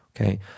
okay